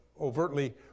overtly